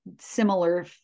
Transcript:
similar